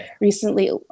recently